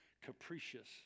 capricious